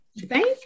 Thank